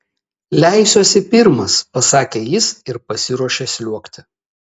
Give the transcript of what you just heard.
leisiuosi pirmas pasakė jis ir pasiruošė sliuogti